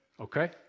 Okay